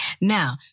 Now